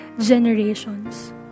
generations